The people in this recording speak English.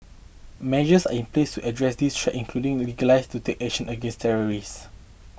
measures are in place address this threat including legalize to take action against terrorists